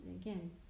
again